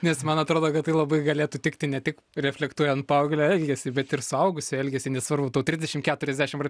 nes man atrodo kad tai labai galėtų tikti ne tik reflektuojant paauglio elgesį bet ir suaugusių elgesį nesvarbu tau trisdešim keturiasdešim ar